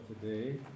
today